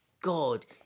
God